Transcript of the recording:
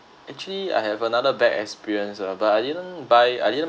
actually I have another bad experience ah but I didn't buy I didn't